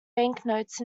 banknotes